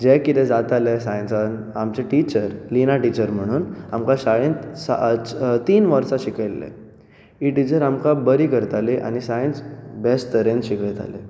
जें कितें जातालें सायन्सांत आमची टिचर लिना टिचर म्हणून आमकां शाळेंत तीन वर्सां शिकयल्लें ही टिचर आमकां बरी करताली आनी सायन्स बॅस्ट तरेन शिकयताली